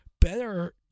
better